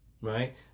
right